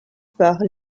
par